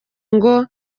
ngo